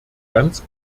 ganz